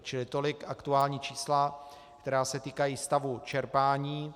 Čili tolik aktuální čísla, která se týkají stavu čerpání.